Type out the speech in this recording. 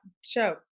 show